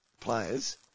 players